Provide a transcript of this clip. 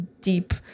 deep